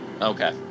okay